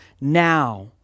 now